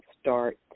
start